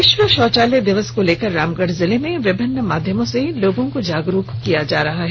विश्व शौचालय दिवस को लेकर रामगढ़ जिले में विभिन्न माध्यमों से लोगों को जागरूक किया जा रहा है